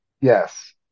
Yes